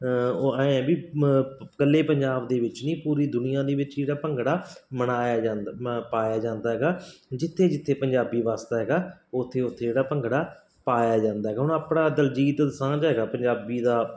ਉਹ ਐਂ ਹੈ ਵੀ ਇਕੱਲੇ ਪੰਜਾਬ ਦੇ ਵਿੱਚ ਨਹੀਂ ਪੂਰੀ ਦੁਨੀਆਂ ਦੇ ਵਿੱਚ ਹੀ ਜਿਹੜਾ ਭੰਗੜਾ ਮਨਾਇਆ ਜਾਂਦਾ ਪਾਇਆ ਜਾਂਦਾ ਹੈਗਾ ਜਿੱਥੇ ਜਿੱਥੇ ਪੰਜਾਬੀ ਵੱਸਦਾ ਹੈਗਾ ਉੱਥੇ ਉੱਥੇ ਜਿਹੜਾ ਭੰਗੜਾ ਪਾਇਆ ਜਾਂਦਾ ਹੈਗਾ ਹੁਣ ਆਪਣਾ ਦਲਜੀਤ ਦੋਸਾਂਝ ਹੈਗਾ ਪੰਜਾਬੀ ਦਾ